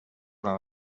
den